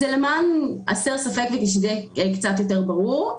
זה למען הסר ספק, כדי שיהיה קצת יותר ברור.